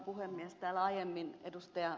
täällä aiemmin ed